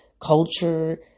culture